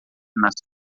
nas